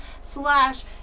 slash